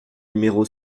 numéro